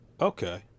okay